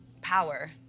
power